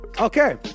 Okay